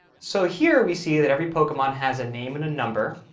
so here we see that every pokemon has a name and a number,